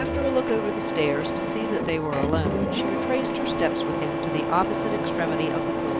after a look over the stairs to see that they were alone, she retraced her steps with him to the opposite extremity of the corridor.